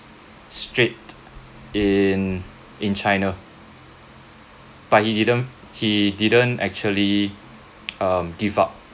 straight in in china but he didn't he didn't actually um give up